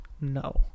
No